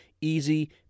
easy